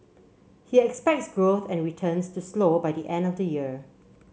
he expects growth and returns to slow by the end of the year